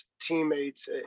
teammates